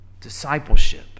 discipleship